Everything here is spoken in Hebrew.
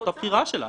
זאת הבחירה שלה,